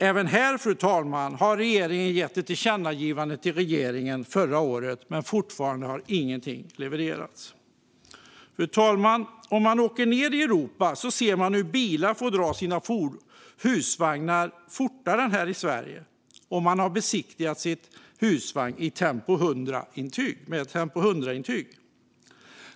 Även i detta avseende lämnade riksdagen ett tillkännagivande till regeringen förra året, men fortfarande har ingenting levererats. Fru talman! Om man åker ned i Europa ser man att bilar får dra sina husvagnar fortare än i Sverige om ägarna har besiktigat sin husvagn och fått ett Tempo 100-intyg.